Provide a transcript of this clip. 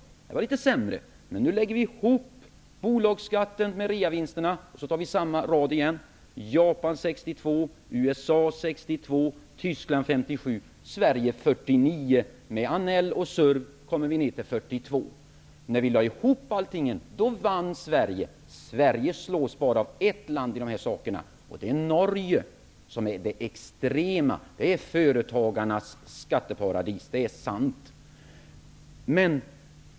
Det är litet sämre. Men nu lägger vi ihop bolagsskatten med reavinstskatten: Japan 62 %, USA 62 %, Tyskland avdrag kommer vi ned till 42 %. När vi lägger ihop allting vinner alltså Sverige! Sverige slås bara av ett land i de här avseendena, och det är Norge, som är det extrema; det är företagarnas skatteparadis -- det är sant.